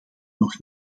nog